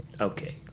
Okay